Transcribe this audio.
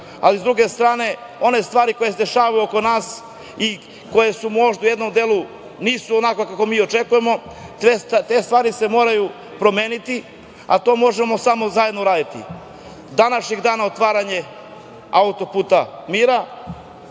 ali, s druge strane, one stvari koje se dešavaju oko nas i koje možda u jednom delu nisu onakve kakve mi očekujemo, te stvari se moraju promeniti, a to možemo samo zajedno uraditi. Današnjeg dana otvaranje „Autoputa mira“,